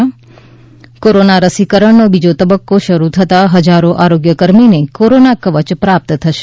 ે કોરોના રસીકરણનો બીજો તબક્કો શરૂ થતા ફજારો આરોગ્યકર્મીને કોરોના કવચ પ્રાપ્ત થશે